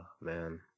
man